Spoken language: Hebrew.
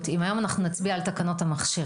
אם היום אנחנו נצביע על תקנות המכשירים.